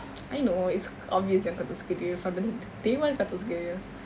I know it's obvious yang kau tak suka dia from the day one kau tak suka dia